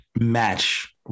match